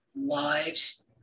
lives